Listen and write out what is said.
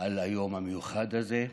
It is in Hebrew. ביום המיוחד הזה.